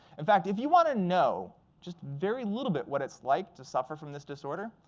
in fact, if you want to know just very little bit what it's like to suffer from this disorder,